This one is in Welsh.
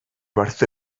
werth